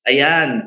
Ayan